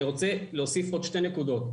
אני רוצה להוסיף עוד שתי נקודות.